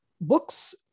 Books